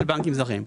בנקים זרים.